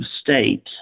state